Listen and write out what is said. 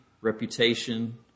reputation